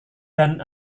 dan